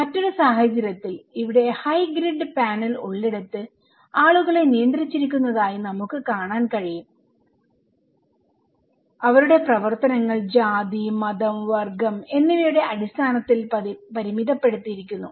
മറ്റൊരു സാഹചര്യത്തിൽ ഇവിടെ ഹൈ ഗ്രിഡ് പാനൽ ഉള്ളിടത്ത് ആളുകളെ നിയന്ത്രിച്ചിരിക്കുന്നതായി നമുക്ക് കാണാൻ കഴിയും അവരുടെ പ്രവർത്തനങ്ങൾ ജാതി മതം വർഗ്ഗം എന്നിവയുടെ അടിസ്ഥാനത്തിൽ പരിമിതപ്പെടുത്തിയിരിക്കുന്നു